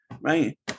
right